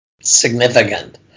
significant